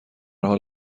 حال